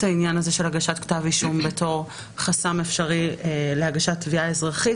העניין של הגשת כתב אישום בתור חסם אפשרי להגשת תביעה אזרחית.